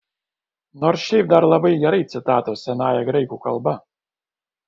nors šiaip dar labai gerai citatos senąja graikų kalba